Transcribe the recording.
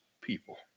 people